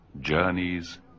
journey's